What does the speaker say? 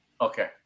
Okay